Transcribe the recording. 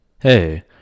Hey